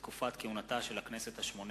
(מספר סגני יושב-ראש הכנסת בתקופת כהונתה של הכנסת השמונה-עשרה),